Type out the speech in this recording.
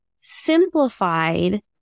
simplified